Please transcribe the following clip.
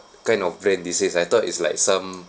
kind of brand this is I thought it's like some